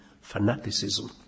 fanaticism